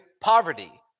poverty